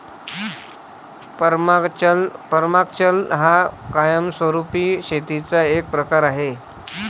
permaculture हा कायमस्वरूपी शेतीचा एक प्रकार आहे